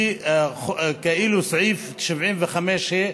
וסעיף 75(ה)